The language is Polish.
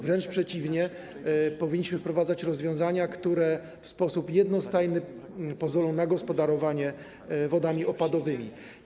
Wręcz przeciwnie, powinniśmy wprowadzać rozwiązania, które w sposób jednostajny pozwolą na gospodarowanie wodami opadowymi.